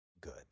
good